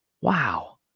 Wow